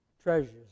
treasures